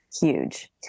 huge